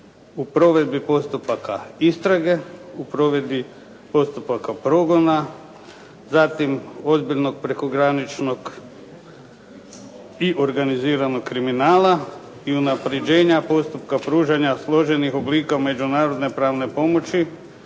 u provedbi postupaka istrage, u provedbi postupaka progona, zatim ozbiljnog prekograničnog i organiziranog kriminala i unapređenja postupka pružanja složenih oblika međunarodne pravne pomoći,